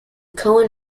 coen